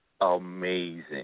amazing